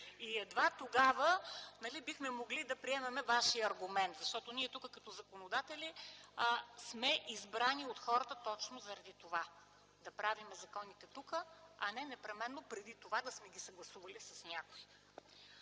Едва тогава бихме могли да приемем Вашия аргумент. Ние като законодатели сме избрани от хората точно заради това – да правим законите тук, а не непременно преди това да сме ги съгласували с някой.